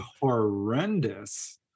horrendous